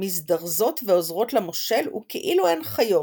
מזדרזות ועוזרות למושל, וכאלו הן חיות.